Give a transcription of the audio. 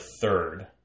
third –